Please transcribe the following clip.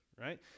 right